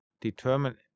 determine